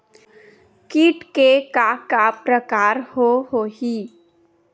कीट के का का प्रकार हो होही?